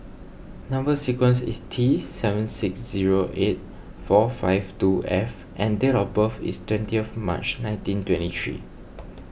Number Sequence is T seven six zero eight four five two F and date of birth is twentieth March nineteen twenty three